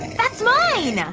that's mine!